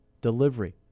delivery